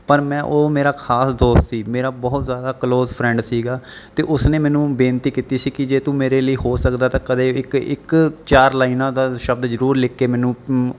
ਪਰ ਮੈਂ ਉਹ ਮੇਰਾ ਖਾਸ ਦੋਸਤ ਸੀ ਮੇਰਾ ਬਹੁਤ ਜ਼ਿਆਦਾ ਕਲੋਜ ਫਰੈਂਡ ਸੀਗਾ ਅਤੇ ਉਸਨੇ ਮੈਨੂੰ ਬੇਨਤੀ ਕੀਤੀ ਸੀ ਕਿ ਜੇ ਤੂੰ ਮੇਰੇ ਲਈ ਹੋ ਸਕਦਾ ਤਾਂ ਕਦੇ ਇੱਕ ਇੱਕ ਚਾਰ ਲਾਈਨਾਂ ਦਾ ਸ਼ਬਦ ਜ਼ਰੂਰ ਲਿਖ ਕੇ ਮੈਨੂੰ ਤੂੰ